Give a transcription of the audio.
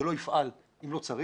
זה לא יפעל אם לא צריך.